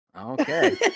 Okay